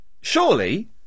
surely